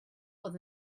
oedd